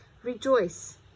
Rejoice